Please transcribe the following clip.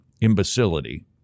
imbecility